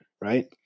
right